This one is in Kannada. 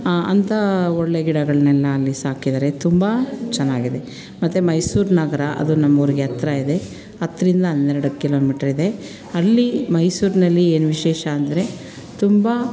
ಅಂಥ ಒಳ್ಳೆಯ ಗಿಡಗಳನ್ನೆಲ್ಲ ಅಲ್ಲಿ ಸಾಕಿದ್ದಾರೆ ತುಂಬ ಚೆನ್ನಾಗಿದೆ ಮತ್ತು ಮೈಸೂರು ನಗರ ಅದು ನಮ್ಮೂರಿಗೆ ಹತ್ರ ಇದೆ ಹತ್ತರಿಂದ ಹನ್ನೆರಡು ಕಿಲೋಮೀಟ್ರ್ ಇದೆ ಅಲ್ಲಿ ಮೈಸೂರಿನಲ್ಲಿ ಏನು ವಿಶೇಷ ಅಂದರೆ ತುಂಬ